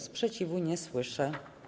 Sprzeciwu nie słyszę.